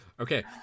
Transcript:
Okay